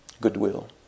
goodwill